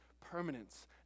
permanence